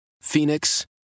Phoenix